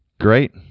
Great